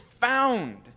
found